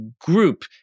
group